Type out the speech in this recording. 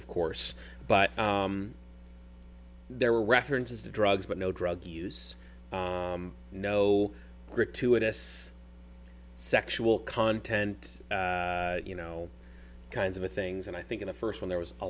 of course but there were references to drugs but no drug use no gratuitous sexual content you know kinds of things and i think in the first one there was a